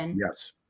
Yes